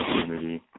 community